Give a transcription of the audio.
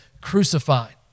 crucified